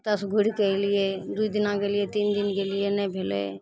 ओतऽसँ घुरि कऽ एलियै दुइ दिना गेलियै तीन दिन गेलियै नहि भेलै